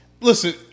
Listen